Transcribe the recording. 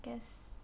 guess